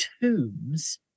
tombs